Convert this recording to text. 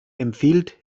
empfiehlt